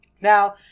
Now